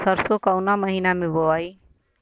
सरसो काउना महीना मे बोआई?